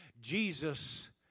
Jesus